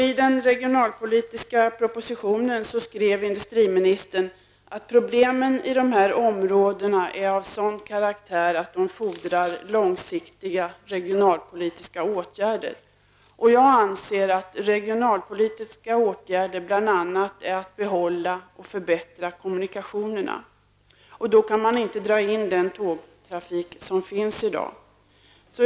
I den regionalpolitiska propositionen skrev industriministern att problemen i de här områdena är av sådan karaktär att de fordrar långsiktiga regionalpolitiska åtgärder. Jag anser att regionalpolitiska åtgärder bl.a. är att behålla och förbättra kommunikationerna. Då kan man inte dra in den tågtrafik som finns i dag.